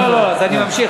לא לא לא, אז אני ממשיך.